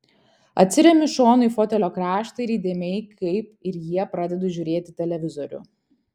atsiremiu šonu į fotelio kraštą ir įdėmiai kaip ir jie pradedu žiūrėti televizorių